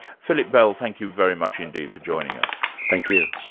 philip bell, thank you very much indeed for joining us. thank you.